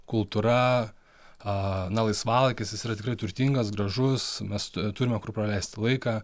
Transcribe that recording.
kultūra a na laisvalaikis jis yra tikrai turtingas gražus mes turime kur praleisti laiką